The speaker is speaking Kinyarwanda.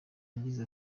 yagize